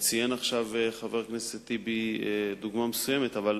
ציין עכשיו חבר הכנסת טיבי דוגמה מסוימת, אבל